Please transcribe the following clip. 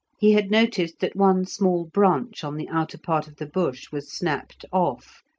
he had noticed that one small branch on the outer part of the bush was snapped off,